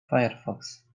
firefox